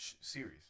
series